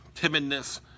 timidness